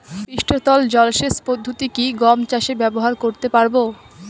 পৃষ্ঠতল জলসেচ পদ্ধতি কি গম চাষে ব্যবহার করতে পারব?